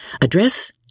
Address